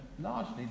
Largely